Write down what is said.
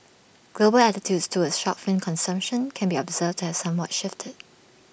global attitudes towards shark fin consumption can be observed to have somewhat shifted